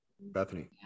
Bethany